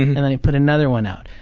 and i put another one out.